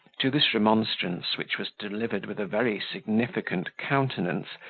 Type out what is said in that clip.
to this remonstrance, which was delivered with a very significant countenance,